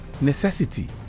necessity